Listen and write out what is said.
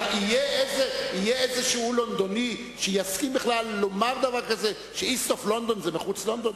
יהיה לונדוני כלשהו שיסכים לומר ש"איסט אוף לונדון" זה מחוץ ללונדון?